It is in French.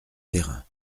thérain